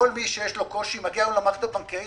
כל מי שיש לו קושי, מגיע היום למערכת הבנקאית.